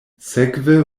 sekve